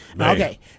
Okay